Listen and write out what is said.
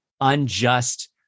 unjust